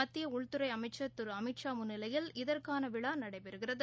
மத்தியஉள்துறைஅமைச்சள் திருஅமித்ஷா முன்னிலையில் இதற்கானவிழாநடைபெறுகிறது